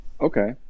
Okay